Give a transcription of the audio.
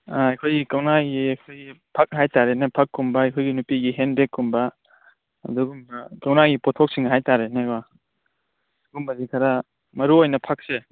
ꯑꯥ ꯑꯩꯈꯣꯏ ꯀꯧꯅꯥꯒꯤ ꯑꯩꯈꯣꯏ ꯐꯛ ꯍꯥꯏꯇꯔꯦꯅꯦ ꯐꯛ ꯀꯨꯝꯕ ꯑꯩꯈꯣꯏꯒꯤ ꯅꯨꯄꯤꯒꯤ ꯍꯦꯟꯗ ꯕꯦꯒ ꯀꯨꯝꯕ ꯑꯗꯨꯒꯨꯝꯕ ꯀꯧꯅꯥꯒꯤ ꯄꯣꯠꯊꯣꯛꯁꯤꯡ ꯍꯥꯏꯇꯔꯦꯅꯦꯀꯣ ꯁꯤꯒꯨꯝꯕꯁꯤ ꯈꯔ ꯃꯔꯨ ꯑꯣꯏꯅ ꯐꯛꯁꯦ